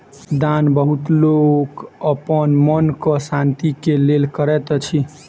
दान बहुत लोक अपन मनक शान्ति के लेल करैत अछि